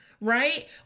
Right